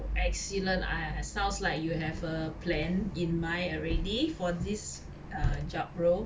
excellent I I sounds like you have a plan in mind already for this err job role